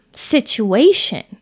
situation